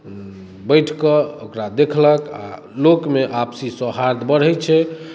बैठ कऽ ओकरा देखलक आ लोकमे आपसी सौहाद्र बढ़ै छै